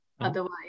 Otherwise